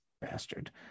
bastard